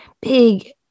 big